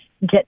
get